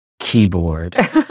keyboard